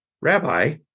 Rabbi